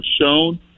shown